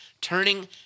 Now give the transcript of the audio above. Turning